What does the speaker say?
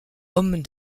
homme